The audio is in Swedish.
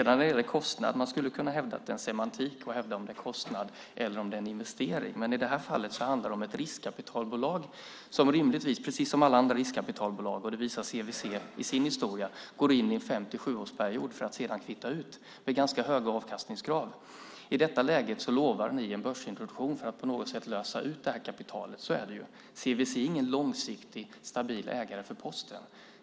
När det gäller kostnaderna skulle man kunna hävda att det är semantik att hävda att det är en kostnad eller en investering. Men i det här fallet handlar det om ett riskkapitalbolag som rimligtvis, precis som alla andra riskkapitalbolag - det visar CVC i sin historia - går in under en fem till sjuårsperiod med ganska höga avkastningskrav för att sedan kvitta ut avkastningen. I detta läge lovar ni en börsintroduktion för att på något sätt lösa ut detta kapital. Så är det. CVC är ingen långsiktig och stabil ägare för Posten.